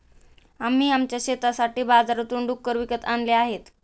आम्ही आमच्या शेतासाठी बाजारातून डुक्कर विकत आणले आहेत